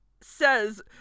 says